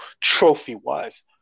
trophy-wise